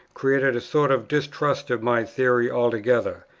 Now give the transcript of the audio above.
created a sort of distrust of my theory altogether,